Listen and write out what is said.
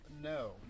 No